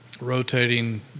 rotating